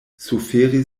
suferi